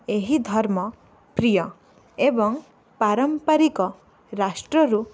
ଏହି ଧର୍ମ ପ୍ରିୟ ଏବଂ ପାରମ୍ପରିକ ରାଷ୍ଟ୍ରରୁ